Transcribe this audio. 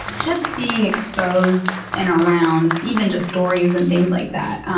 just being exposed and around. even just stories and things like that.